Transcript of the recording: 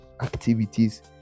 activities